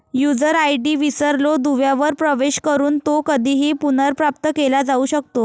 user ID विसरलो दुव्यावर प्रवेश करून तो कधीही पुनर्प्राप्त केला जाऊ शकतो